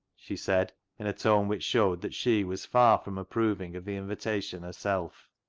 she said, in a tone which showed that she was far from approving of the invitation herself.